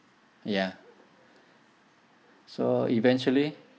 ya so eventually